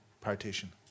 partition